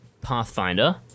Pathfinder